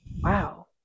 Wow